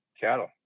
cattle